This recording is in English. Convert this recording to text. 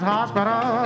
Hospital